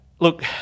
Look